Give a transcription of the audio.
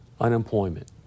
unemployment